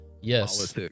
Yes